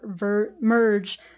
merge